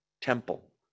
temple